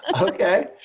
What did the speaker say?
Okay